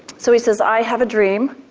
so he says, i have a dream